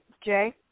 Jay